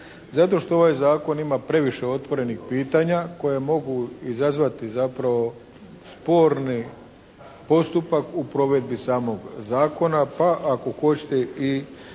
zato što ovaj zakon ima previše otvorenih pitanja koje mogu izazvati zapravo sporni postupak u provedbi samog zakona, pa ako hoćete i